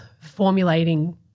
formulating